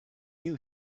you